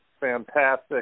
fantastic